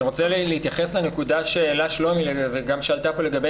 אני רוצה להתייחס לנקודה שהעלה שלומי וגם שעלתה פה לגבי